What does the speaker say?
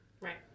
Right